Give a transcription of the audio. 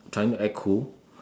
trying to act cool